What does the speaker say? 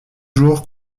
jours